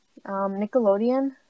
Nickelodeon